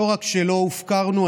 לא רק שלא הופקרנו,